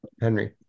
Henry